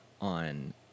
on